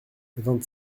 vingt